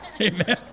Amen